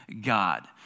God